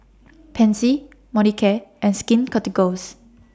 Pansy Molicare and Skin Ceuticals